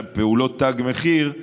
פעולות תג מחיר,